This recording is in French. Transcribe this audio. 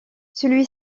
celui